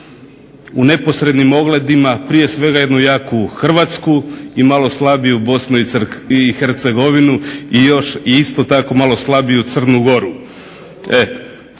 u neposrednim ogledima prije svega jednu jaku Hrvatsku i malo slabiju BiH i još isto tako malo slabiju Crnu Goru.